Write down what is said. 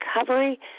recovery